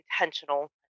intentional